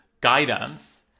guidance